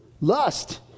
lust